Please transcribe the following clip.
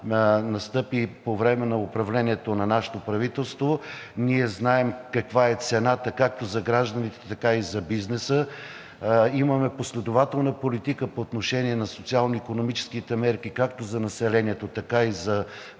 настъпи по време на управлението на нашето правителство, ние знаем каква е цената както за гражданите, така и за бизнеса. Имаме последователна политика по отношение на социално-икономическите мерки както за населението, така и за